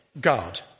God